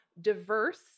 diverse